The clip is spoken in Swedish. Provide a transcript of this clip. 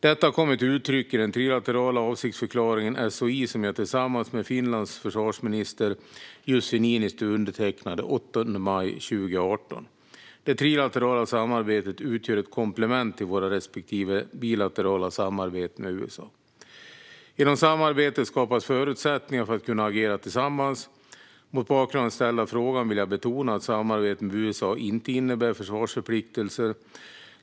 Detta kommer till uttryck i den trilaterala avsiktsförklaringen, SOI, som jag tillsammans med Finlands försvarsminister Jussi Niinistö undertecknade den 8 maj 2018. Det trilaterala samarbetet utgör ett komplement till våra respektive bilaterala samarbeten med USA. Genom samarbete skapas förutsättningar för att kunna agera tillsammans. Mot bakgrund av den ställda frågan vill jag betona att samarbetet med USA inte innebär försvarsförpliktelser.